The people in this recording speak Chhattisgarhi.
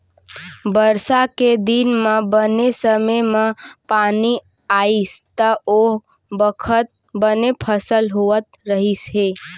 बरसा के दिन म बने समे म पानी आइस त ओ बखत बने फसल होवत रहिस हे